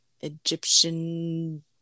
Egyptian